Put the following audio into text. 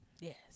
Yes